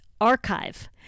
archive